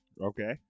Okay